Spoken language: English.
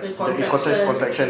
the contraction